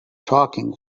talking